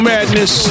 Madness